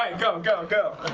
go. go. go.